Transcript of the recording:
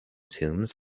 tombs